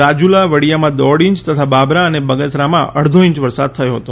રાજુલા વડીયામા દોઢ ઇંચ તથા બાબરા અને બગસરામા અડધો ઇંચ વરસાદ થયો હતો